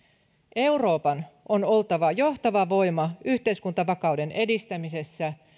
euroopan on oltava johtava voima yhteiskuntavakauden edistämisessä